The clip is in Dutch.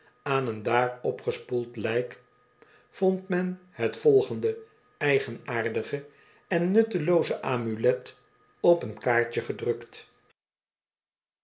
aan een daar opgespoeld lijk vond men het volgende eigenaardige en nuttelooze amulet op een kaartje gedrukt